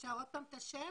אפשר עוד פעם את השם?